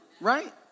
right